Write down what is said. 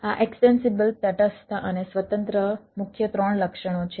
આ એક્સ્ટેન્સિબલ તટસ્થ અને સ્વતંત્ર મુખ્ય ત્રણ લક્ષણો છે